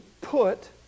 put